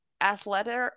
athletic